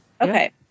Okay